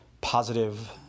positive